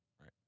right